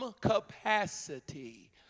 capacity